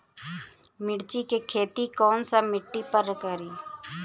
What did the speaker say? मिर्ची के खेती कौन सा मिट्टी पर करी?